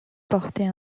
portait